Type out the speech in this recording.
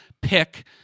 pick